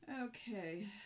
Okay